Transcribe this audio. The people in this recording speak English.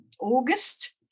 August